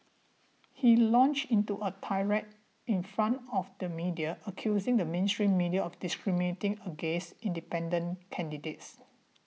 he launched into a tirade in front of the media accusing the mainstream media of discriminating against independent candidates